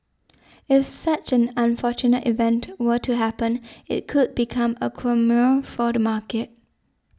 if such an unfortunate event were to happen it could become a quagmire for the market